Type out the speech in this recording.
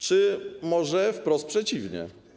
czy może wprost przeciwnie?